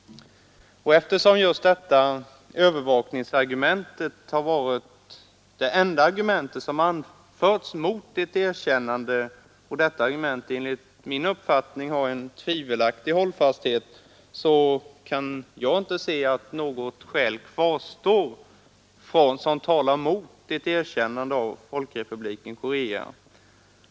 Eftersom övervakningsargumentet varit det enda argument som anförts mot ett erkännande och det enligt min mening har en tvivelaktig hållfasthet, kan jag inte se att något skäl kvarstår som talar mot ett erkännande av folkrepubliken Korea.